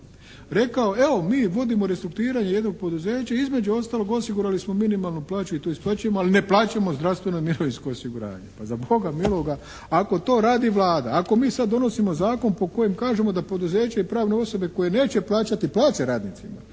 rekao evo mi vodimo rezultiranje jednog poduzeće, između ostalog osigurali smo minimalnu plaću i to isplaćujemo ali ne plaćamo zdravstveno i mirovinsko osiguranje. Pa za Boga miloga, ako to radi Vlada, ako mi sad donosimo zakon po kojem kažemo da pouzeće i pravne osobe koje neće plaćati plaće radnicima